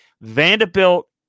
Vanderbilt